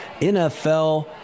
NFL